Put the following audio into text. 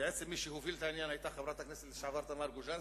בעצם מי שהובילה את העניין היתה חברת הכנסת לשעבר תמר גוז'נסקי,